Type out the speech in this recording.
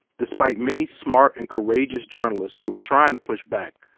despite many smart and courageous journalists who are trying to push back,